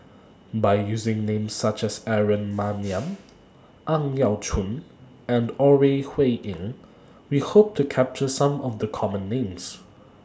By using Names such as Aaron Maniam Ang Yau Choon and Ore Huiying We Hope to capture Some of The Common Names